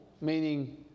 meaning